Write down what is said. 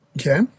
Okay